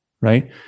right